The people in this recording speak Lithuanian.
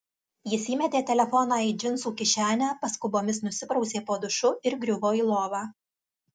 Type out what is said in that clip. jis įmetė telefoną į džinsų kišenę paskubomis nusiprausė po dušu ir griuvo į lovą